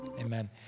Amen